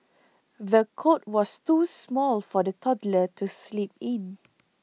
the cot was too small for the toddler to sleep in